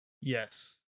Yes